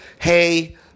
hey